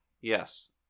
Yes